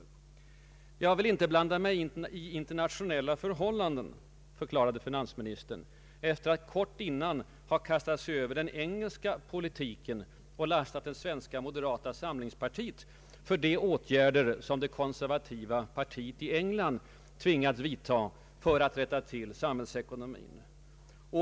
Finansministern förklarade att han inte vill blanda sig i internationella förhållanden, men kort dessförinnan hade han kastat sig över den engelska politiken och lastat det svenska moderata samlingspartiet för de åtgärder som det konservativa partiet i England tvingats vidta för att rätta till samhällsekonomin.